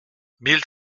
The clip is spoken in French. mille